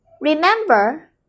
Remember